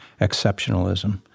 exceptionalism